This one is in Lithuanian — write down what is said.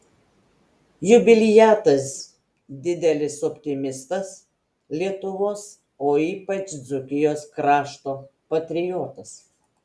jubiliatas didelis optimistas lietuvos o ypač dzūkijos krašto patriotas